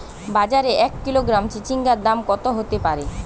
বাজারে এক কিলোগ্রাম চিচিঙ্গার দাম কত হতে পারে?